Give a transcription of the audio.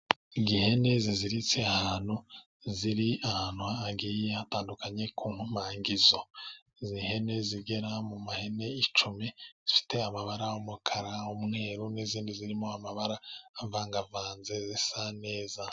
Igihe ihene zi ziritse ahantu; ziri ahantu hagiye hatandukanye kunkomangizo; n' ihene zigera mu ihene icumi zifite amabara, umukara, umweru n' izindi zirimo amabara avangavanze zisa neza.